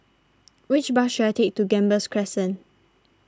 which bus should I take to Gambas Crescent